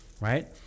right